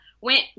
went